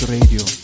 Radio